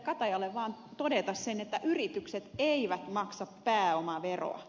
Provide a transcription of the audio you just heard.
katajalle vaan todeta sen että yritykset eivät maksa pääomaveroa